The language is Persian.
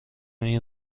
این